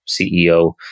CEO